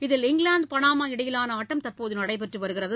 இதில் England Panama இடையிலான ஆட்டம் தற்போது நடைபெற்று வருகிறது